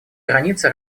границы